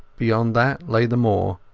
beyond that lay the moor,